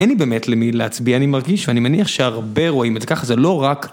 אין לי באמת למי להצביע, אני מרגיש, ואני מניח שהרבה רואים את זה ככה, זה לא רק...